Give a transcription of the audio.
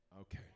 Okay